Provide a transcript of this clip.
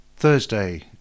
Thursday